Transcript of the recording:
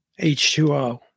H2O